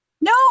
no